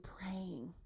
praying